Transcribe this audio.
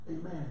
Amen